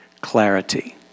clarity